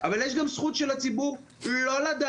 אבל חוץ מזכות הציבור לדעת יש גם את זכות הציבור לא לדעת.